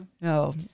no